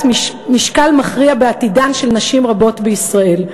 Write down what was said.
משקל מכריע בעתידן של נשים רבות בישראל,